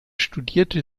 studierte